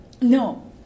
no